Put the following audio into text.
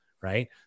right